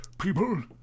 people